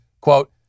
quote